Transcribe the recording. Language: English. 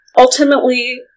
ultimately